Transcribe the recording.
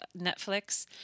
Netflix